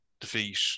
defeat